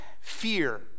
fear